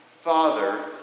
father